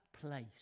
place